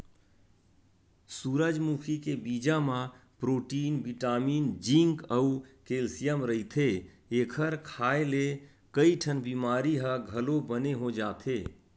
सूरजमुखी के बीजा म प्रोटीन बिटामिन जिंक अउ केल्सियम रहिथे, एखर खांए ले कइठन बिमारी ह घलो बने हो जाथे